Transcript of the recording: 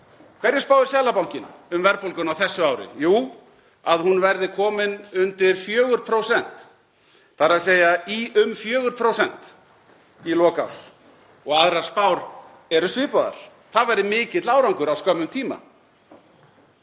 Hverju spáir Seðlabankinn um verðbólguna á þessu ári? Jú, að hún verði komin undir 4%, þ.e. í um 4% í lok árs, og aðrar spár eru svipaðar. Það væri mikill árangur á skömmum tíma.